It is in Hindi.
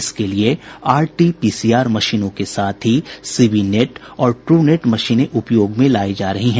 इसके लिये आरटीपीसीआर मशीनों के साथ ही सीवी नेट और ट्रू नेट मशीनें उपयोग में लायी जा रही हैं